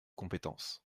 compétences